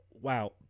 wow